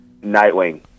Nightwing